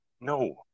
No